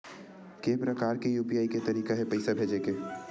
के प्रकार के यू.पी.आई के तरीका हे पईसा भेजे के?